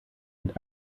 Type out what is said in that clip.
mit